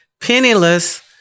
penniless